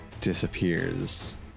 disappears